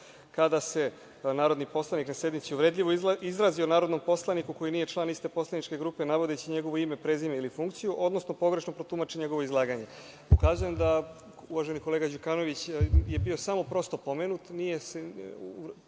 kada se narodni poslanik na sednici uvredljivo izrazi o narodnom poslaniku koji nije član iste poslaničke grupe, navodeći njegovo ime, prezime ili funkciju, odnosno pogrešno protumači njegovo izlaganje. Ukazujem da uvaženi kolega Đukanović je bio samo prosto pomenut.